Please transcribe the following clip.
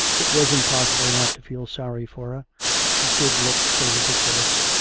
it was impossible not to feel sorry for she did look so ridiculous.